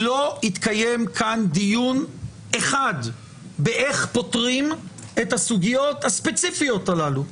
לא התקיים כאן דיון אחד איך פותרים את הסוגיות הספציפיות הללו,